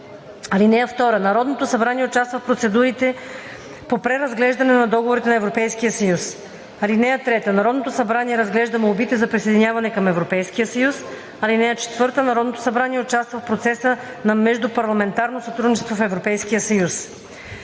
(2) Народното събрание участва в процедурите по преразглеждане на Договорите на Европейския съюз. (3) Народното събрание разглежда молбите за присъединяване към Европейския съюз. (4) Народното събрание участва в процеса на междупарламентарно сътрудничество в Европейския съюз.